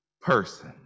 person